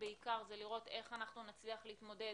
בעיקר זה לראות איך אנחנו נצליח להתמודד